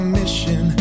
mission